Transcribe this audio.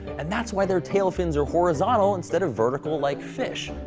and that's why their tail fins are horizontal, instead vertical like fish!